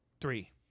Three